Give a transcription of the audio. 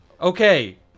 Okay